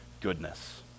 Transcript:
goodness